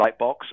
Lightbox